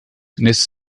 nesse